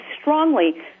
strongly